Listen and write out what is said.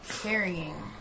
carrying